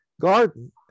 garden